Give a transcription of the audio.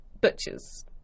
Butcher's